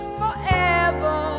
forever